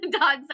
Dogs